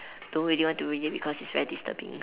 don't really want to read it because it's very disturbing